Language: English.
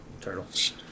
Turtles